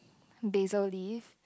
basil leaf